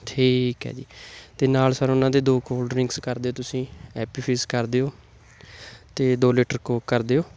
ਠੀਕ ਹੈ ਜੀ ਅਤੇ ਨਾਲ ਸਰ ਉਹਨਾਂ ਦੇ ਦੋ ਕੋਲਡ ਡਰਿੰਕਸ ਕਰ ਦਿਓ ਤੁਸੀਂ ਐਪੀ ਫੀਜ ਕਰ ਦਿਓ ਅਤੇ ਦੋ ਲੀਟਰ ਕੋਕ ਕਰ ਦਿਓ